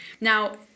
Now